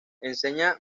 enseña